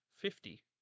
fifty